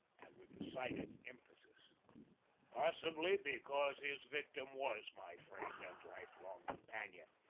and with decided emphasis possibly because his victim was my friend and lifelong companion.